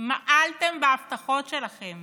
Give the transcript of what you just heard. מעלתם בהבטחות שלכם